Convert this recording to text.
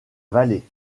vallée